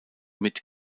mit